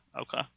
Okay